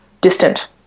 distant